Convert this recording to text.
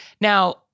Now